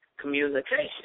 communication